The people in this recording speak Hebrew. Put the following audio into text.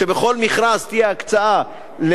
שבכל מכרז תהיה הקצאה,